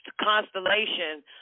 constellation